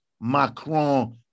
Macron